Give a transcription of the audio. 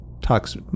talks